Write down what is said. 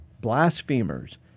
blasphemers